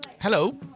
Hello